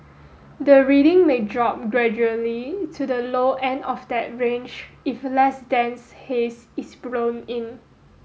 the reading may drop gradually to the low end of that range if less dense haze is blown in